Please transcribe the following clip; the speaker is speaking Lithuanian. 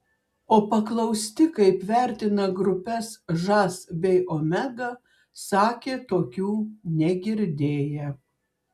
o paklausti kaip vertina grupes žas bei omega sakė tokių negirdėję